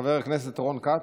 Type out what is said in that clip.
חבר הכנסת רון כץ,